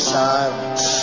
silence